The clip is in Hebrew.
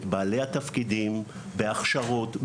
את בעלי התפקידים בהכשרות,